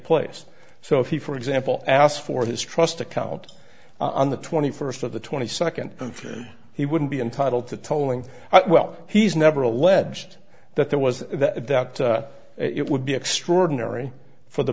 place so if he for example asked for his trust account on the twenty first of the twenty second he wouldn't be entitled to tolling well he's never alleged that there was that it would be extraordinary for the